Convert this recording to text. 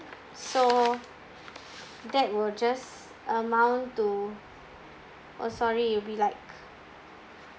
so that will just amount to oh sorry it will be like